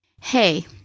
hey